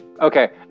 Okay